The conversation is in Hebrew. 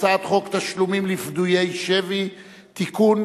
הצעת חוק תשלומים לפדויי שבי (תיקון,